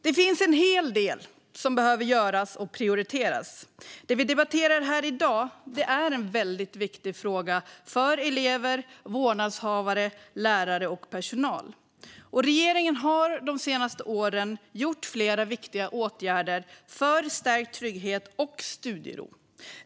Det finns en hel del som behöver göras och prioriteras. Det vi debatterar här i dag är en väldigt viktig fråga för elever, vårdnadshavare, lärare och personal. Regeringen har de senaste åren vidtagit flera viktiga åtgärder för stärkt trygghet och studiero.